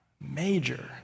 major